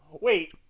Wait